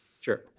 Sure